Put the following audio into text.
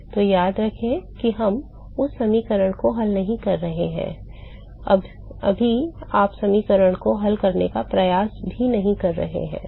तो याद रखें कि हम उस समीकरण को हल नहीं कर रहे हैं अभी आप समीकरण को हल करने का प्रयास भी नहीं कर रहे हैं